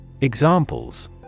Examples